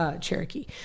Cherokee